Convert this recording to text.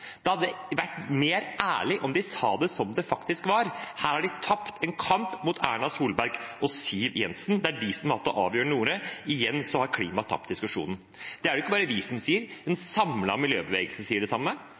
Da hadde det vært mer ærlig om de sa det som det faktisk er: her har de tapt en kamp mot Erna Solberg og Siv Jensen, det er de som har hatt det avgjørende ordet. Igjen har klimaet tapt diskusjonen. Det er det ikke bare vi som sier – en samlet miljøbevegelse sier det samme,